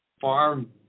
farm